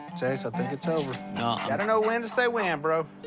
jase i think it s over. got to know when to say when, and bro.